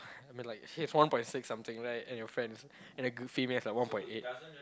I mean like he's one point six something right and your friend is and the g~ female is one point eight